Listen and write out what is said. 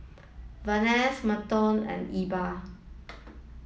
Venus Merton and Elba